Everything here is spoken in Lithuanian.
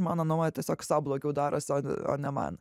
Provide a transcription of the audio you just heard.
mano nuomone tiesiog sau blogiau darosi o o ne man